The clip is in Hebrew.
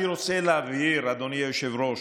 אני רוצה להבהיר, אדוני היושב-ראש,